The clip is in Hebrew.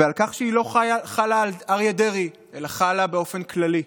ועל כך שהיא לא חלה על אריה דרעי אלא חלה באופן כללי.